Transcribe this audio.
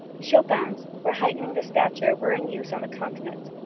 chopins for heightening the stature were in use on the continent,